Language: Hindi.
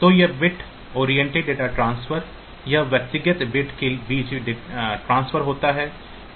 तो यह बिट ओरिएंटेड डेटा ट्रांसफर यह व्यक्तिगत बिट्स के बीच ट्रांसफर होता है